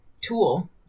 tool